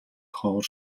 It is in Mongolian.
ховор